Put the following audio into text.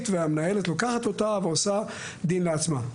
אז המנהלת לוקחת אותה ועושה דין לעצמה.